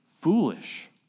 foolish